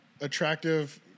attractive